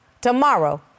tomorrow